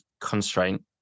constraint